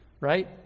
right